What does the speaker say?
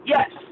Yes